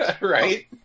right